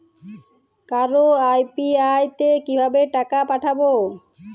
কারো ইউ.পি.আই তে কিভাবে টাকা পাঠাবো?